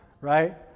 right